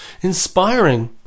inspiring